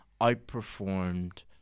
outperformed